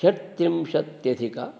षट्त्रिंशत्यधिक